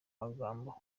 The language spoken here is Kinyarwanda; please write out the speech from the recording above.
magambo